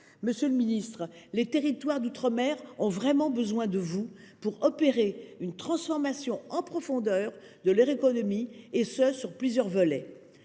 Monsieur le ministre, les territoires d’outre mer ont véritablement besoin de vous pour réaliser une transformation en profondeur de leur économie, et ce sur plusieurs volets.